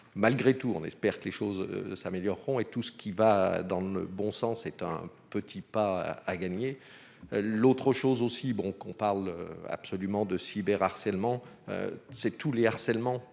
malgré tout, on espère que les choses s'amélioreront et tout ce qui va dans le bon sens est un petit pas à gagner l'autre chose aussi bon qu'on parle absolument de cyber harcèlement c'est tout le harcèlement